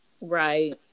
Right